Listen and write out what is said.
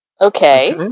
Okay